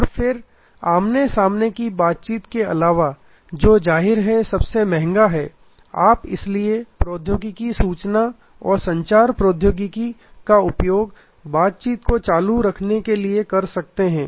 और फिर आमने सामने की बातचीत के अलावा जो जाहिर है सबसे महंगा है आप इसलिए प्रौद्योगिकी सूचना और संचार प्रौद्योगिकी का उपयोग बातचीत को चालू रखने के लिए कर सकते हैं